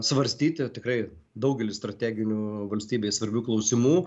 svarstyti tikrai daugelį strateginių valstybei svarbių klausimų